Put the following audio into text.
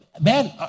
Man